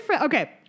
Okay